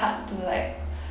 hard to like